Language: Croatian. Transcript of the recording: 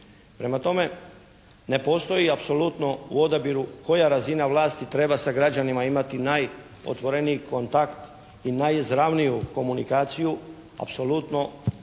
Prema tome, ne postoji apsolutno u odabiru koja razina vlasti treba sa građanima imati najotvoreniji kontakt i najizravniju komunikaciju. Apsolutno,